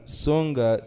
songa